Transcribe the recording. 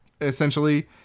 Essentially